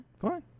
fine